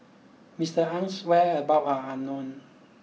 Mister Aye's whereabout are unknown